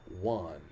one